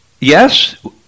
yes